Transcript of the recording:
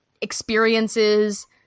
experiences